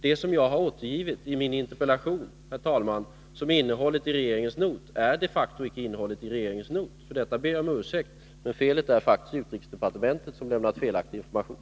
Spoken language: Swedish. Det jag har återgett i min interpellation, herr talman, som innehållet i regeringens not är de facto inte innehållet däri. För detta ber jag om ursäkt, men felet är faktiskt utrikesdepartementets, som lämnat felaktig information.